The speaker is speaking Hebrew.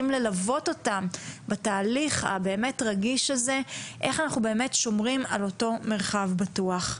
ללוות אותם בתהליך הרגיש הזה ושומרים על המרחב הבטוח.